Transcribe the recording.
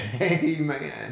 Amen